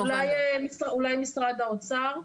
אולי משרד האוצר.